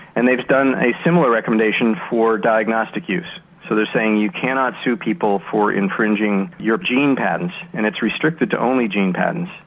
and they've done a similar recommendation for diagnostic use, so they're saying you cannot sue people for infringing your gene patents and it's restricted to only gene patents.